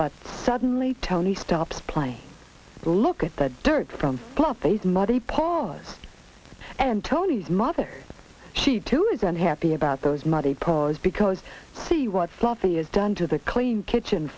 but suddenly tony stops playing look at the dirt from floppies muddy paws and tony's mother she too is unhappy about those muddy paws because see what fluffy is done to the clean kitchen